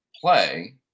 play